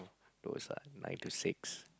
those are nine to six